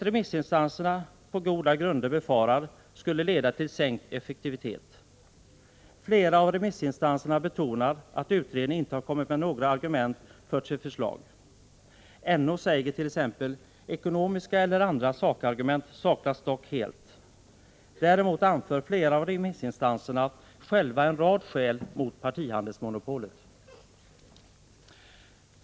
Remissinstanserna befarar på goda grunder att detta skulle leda till sänkt effektivitet. Flera av remissinstanserna betonar att utredningen inte har kommit med några argument för sitt förslag. NO säger t.ex. att ”ekonomiska eller andra sakargument saknas dock helt”. Däremot anför flera av remissinstanserna själva en rad skäl mot partihandelsmonopol.